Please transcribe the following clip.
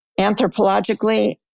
anthropologically